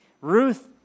Ruth